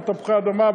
אבל תפוחי אדמה,